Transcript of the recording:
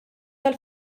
tal